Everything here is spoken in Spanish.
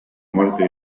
muerte